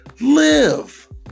live